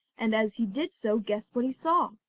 and as he did so guess what he saw?